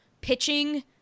pitching